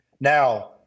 now